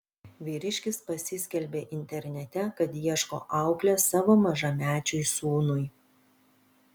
vyriškis pasiskelbė internete kad ieško auklės savo mažamečiui sūnui